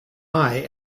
eye